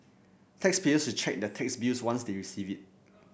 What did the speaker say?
taxpayers should check their tax bills once they receive it